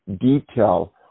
detail